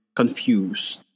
confused